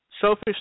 selfish